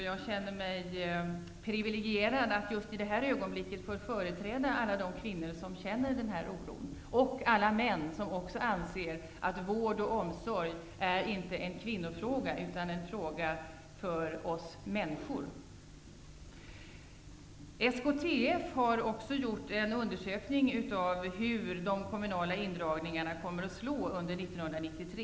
Jag känner mig privilegierad att just i det här ögonblicket få företräda alla de kvinnor som känner den här oron, och alla män som anser att vård och omsorg inte är en kvinnofråga utan en fråga för oss människor. Sveriges Kommunaltjänstemannaförbund, SKTF, har gjort en undersökning av hur de kommunala indragningarna kommer att slå under 1993.